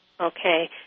Okay